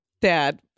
dad